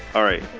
all right.